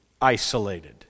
isolated